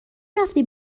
رفتی